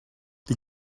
die